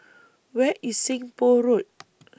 Where IS Seng Poh Road